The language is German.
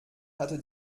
hatte